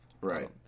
right